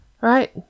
Right